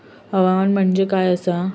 हवामान म्हणजे काय असता?